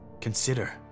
consider